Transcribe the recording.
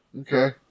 Okay